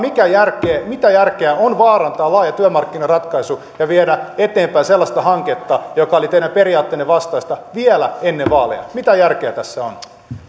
mitä järkeä on vaarantaa laaja työmarkkinaratkaisu ja viedä eteenpäin sellaista hanketta joka oli teidän periaatteenne vastaista vielä ennen vaaleja mitä järkeä tässä on